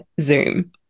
Zoom